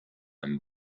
and